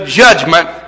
judgment